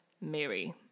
Mary